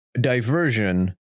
diversion